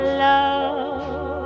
love